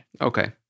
okay